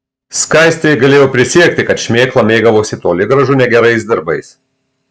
skaistė galėjo prisiekti kad šmėkla mėgavosi toli gražu ne gerais darbais